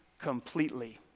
completely